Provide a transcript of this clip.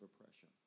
oppression